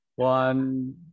One